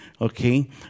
Okay